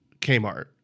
Kmart